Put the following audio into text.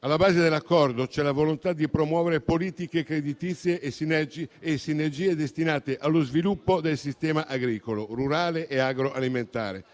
Alla base dell'accordo c'è la volontà di promuovere politiche creditizie e sinergie destinate allo sviluppo del sistema agricolo rurale e agroalimentare,